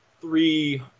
three